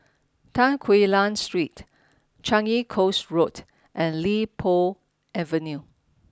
Tan Quee Lan Street Changi Coast Road and Li Po Avenue